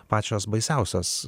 pačios baisiausios